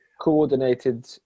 coordinated